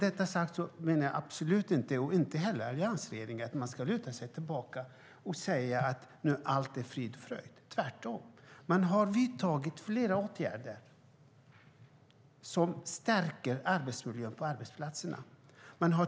Varken jag eller alliansregeringen vill att man ska luta sig tillbaka och säga att allt är frid och fröjd. Tvärtom! Flera åtgärder har vidtagits som stärker arbetsmiljön på arbetsplatserna.